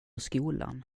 skolan